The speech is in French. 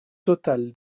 total